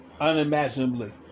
unimaginably